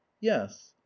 Yes